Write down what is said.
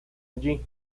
allí